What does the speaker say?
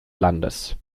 landes